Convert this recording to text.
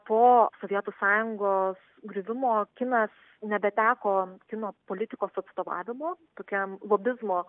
po sovietų sąjungos griuvimo kinas nebeteko kino politikos atstovavimo tokiam lobizmo